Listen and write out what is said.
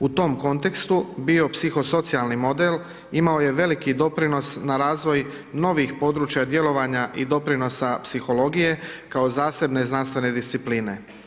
U tom kontekstu bio psihosocijalni model imao je veliki doprinos na razvoj novih područja djelovanja i doprinosa psihologije kao zasebne znanstvene discipline.